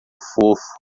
fofo